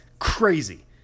Crazy